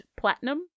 platinum